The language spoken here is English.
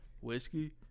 Whiskey